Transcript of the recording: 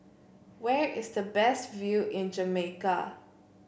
where is the best view in Jamaica